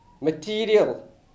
material